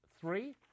three